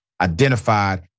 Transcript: identified